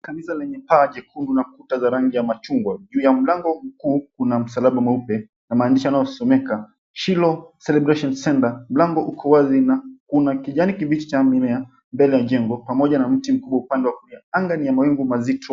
Kanisa lenye paa jekundu na kuta za rangi ya machungwa, juu ya mlango mkuu kuna msalaba mweupe na maandishi yanayosomeka, Shiloh Celebration Center. Mlango uko wazi na kuna kijani kibichi cha mimea mbele ya jengo pamoja na mti mkuu upande wa kulia, anga ni ya mawingu mazito.